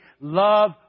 love